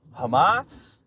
Hamas